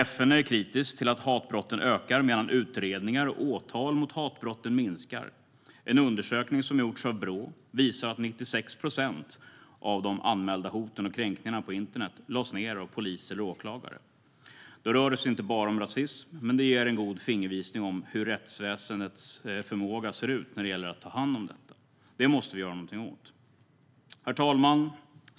FN är kritiskt till att hatbrotten ökar medan utredningar och åtal mot hatbrotten minskar. En undersökning som har gjorts av Brå visar att 96 procent av de anmälda hoten och kränkningarna på internet lades ner av polis eller åklagare. Det rör sig inte bara om rasism, men det ger en god fingervisning om hur rättsväsendets förmåga ser ut när det gäller att ta hand om detta. Det måste vi göra något åt. Herr talman!